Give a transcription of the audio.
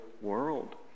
world